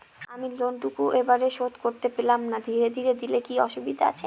আমি লোনটুকু একবারে শোধ করতে পেলাম না ধীরে ধীরে দিলে কি অসুবিধে আছে?